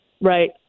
Right